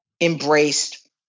embraced